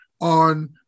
on